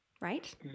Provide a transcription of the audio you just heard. right